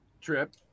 trip